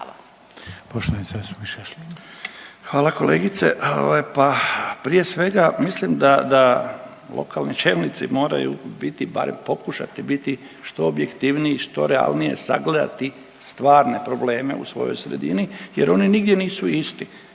Šašlin. **Šašlin, Stipan (HDZ)** Hvala kolegice. Pa prije svega mislim da lokalni čelnici moraju biti barem pokušati biti što objektivniji, što realnije sagledati stvarne probleme u svojoj sredini jer oni nigdje nisu isti.